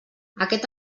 aquest